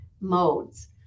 modes